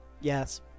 Yes